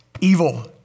evil